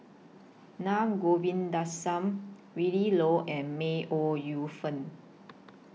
Naa Govindasamy Willin Low and May Ooi Yu Fen